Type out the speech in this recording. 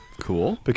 Cool